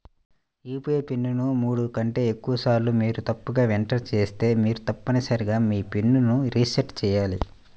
UPI pin ను మూడు కంటే ఎక్కువసార్లు మీరు తప్పుగా ఎంటర్ చేస్తే మీరు తప్పనిసరిగా మీ పిన్ ను రీసెట్ చేయాలి